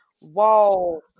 whoa